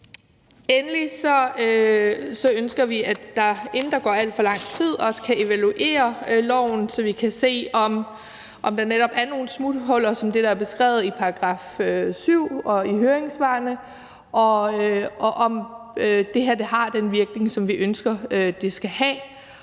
Endelig ønsker vi, inden der går for lang tid, at vi også kan evaluere loven, så vi kan se, om der netop er nogle smuthuller som det, der er beskrevet i § 7 og i høringssvarene, og om det har den virkning, som vi ønsker at det skal have.